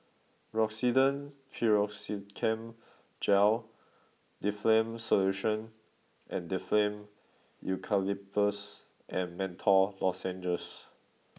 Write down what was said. Rosiden Piroxicam Gel Difflam Solution and Difflam Eucalyptus and Menthol Lozenges